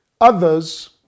others